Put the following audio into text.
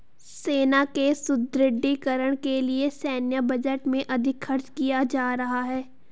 सेना के सुदृढ़ीकरण के लिए सैन्य बजट में अधिक खर्च किया जा रहा है